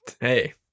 hey